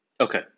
Okay